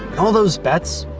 all those bets?